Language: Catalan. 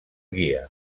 guia